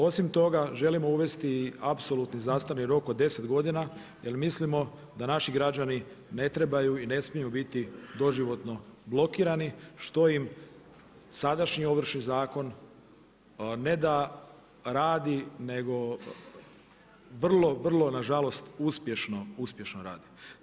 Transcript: Osim toga želimo uvesti i apsolutni zastarni rok od deset godina jer mislimo da naši građani ne trebaju i ne smiju biti doživotno blokirani, što im sadašnji Ovršni zakon ne da radi nego vrlo, vrlo nažalost uspješno radi.